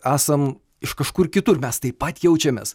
esam iš kažkur kitur mes taip pat jaučiamės